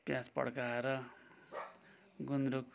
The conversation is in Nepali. प्याज पड्काएर गुन्द्रुक